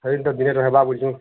ହେଇତ ବିଭେର ହେଲା ବୁଝନ